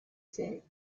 said